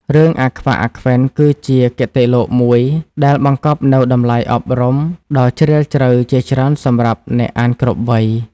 រឿង «អាខ្វាក់ អាខ្វិន» គឺជាគតិលោកមួយដែលបង្កប់នូវតម្លៃអប់រំដ៏ជ្រាលជ្រៅជាច្រើនសម្រាប់អ្នកអានគ្រប់វ័យ។